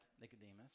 Nicodemus